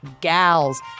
gals